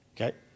Okay